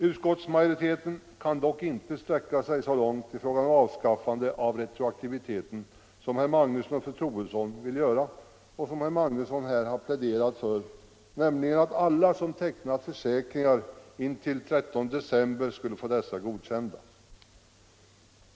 Utskottsmajoriteten kan dock inte sträcka sig så långt i fråga om avskaffandet av retroaktiviteten som herr Magnusson i Borås och fru Troedsson vill göra och som herr Magnusson här har pläderat för, nämligen att alla som tecknat försäkringar intill den 13 december skulle få dessa godkända.